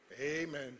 Amen